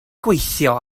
gweithio